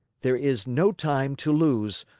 there is no time to lose.